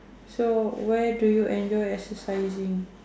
so where do you enjoy exercising